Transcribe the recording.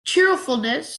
cheerfulness